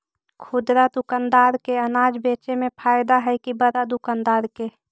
खुदरा दुकानदार के अनाज बेचे में फायदा हैं कि बड़ा दुकानदार के?